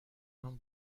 آهن